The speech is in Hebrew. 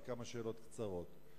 וכמה שאלות קצרות.